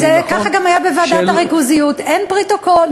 כך זה גם היה בוועדת הריכוזיות, אין פרוטוקול.